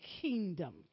kingdom